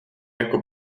jako